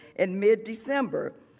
and mid december,